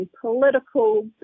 political